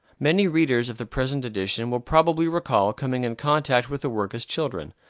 many readers of the present edition will probably recall coming in contact with the work as children,